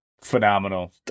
phenomenal